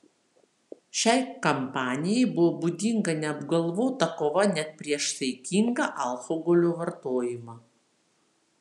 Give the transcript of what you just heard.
šiai kampanijai buvo būdinga neapgalvota kova net prieš saikingą alkoholio vartojimą